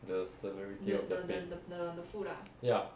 the severity of the pain ya